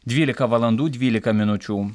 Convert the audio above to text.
dvylika valandų dvylika minučių